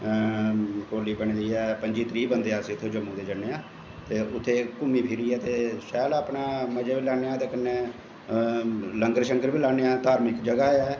टोल्ली बनी दी ऐ पंज्जी त्रीह् बंदे अस जम्मू दे जन्ने आं ते उत्थें घूमी फिरियै ते शैल अपनैं मज़े लैेन्न ते कन्नैं संगर शंगर बी लान्नें आं धार्मिक जगाह् ऐ